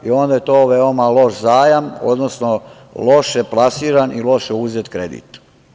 Onda je to veoma loš zajam, odnosno loše plasiran i loše uzet kredit.